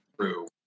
True